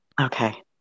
Okay